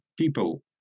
people